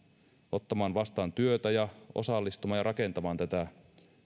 ottamaan vastaan työtä ja osallistumaan ja rakentamaan tätä